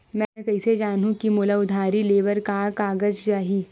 मैं कइसे जानहुँ कि मोला उधारी ले बर का का कागज चाही?